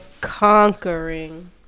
conquering